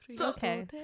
okay